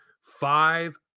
five